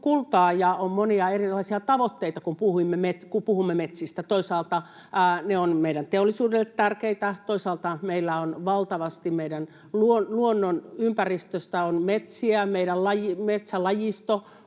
ja on monia erilaisia tavoitteita, kun puhumme metsistä. Toisaalta ne ovat meidän teollisuudelle tärkeitä, toisaalta meillä on valtavasti meidän luonnonympäristössä metsiä, meidän metsälajisto